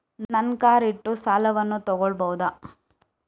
ನನ್ನ ಕಾರ್ ಇಟ್ಟು ಸಾಲವನ್ನು ತಗೋಳ್ಬಹುದಾ?